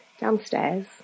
Downstairs